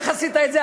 איך עשית את זה,